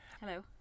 Hello